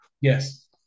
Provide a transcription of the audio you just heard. yes